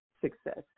success